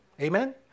Amen